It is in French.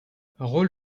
rôle